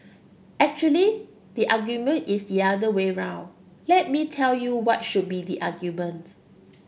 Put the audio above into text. actually the argument is the other way round let me tell you what should be the argument